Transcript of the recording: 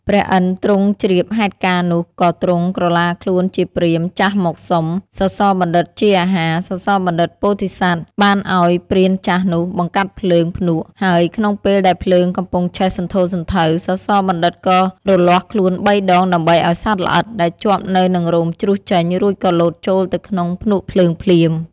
ព្រះឥន្ទទ្រង់ជ្រាបហេតុការណ៍នោះក៏ទ្រង់ ក្រឡាខ្លួន ជាព្រាហ្មណ៍ចាស់មកសុំ សសបណ្ឌិតជាអាហារ សសបណ្ឌិតពោធិសត្វ បានឲ្យព្រានចាស់នោះបង្កាត់ភ្លើងភ្នក់ហើយក្នុងពេលដែលភ្លើងកំពុងឆេះសន្ធោសន្ធៅ សសបណ្ឌិតក៏រលាស់ខ្លួន៣ដងដើម្បីឲ្យសត្វល្អិតដែលជាប់នៅនិងរោមជ្រុះចេញរួចក៏លោតចូលទៅក្នុងភ្នក់ភ្លើងភ្លាម។